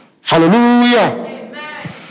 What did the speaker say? Hallelujah